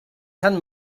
sant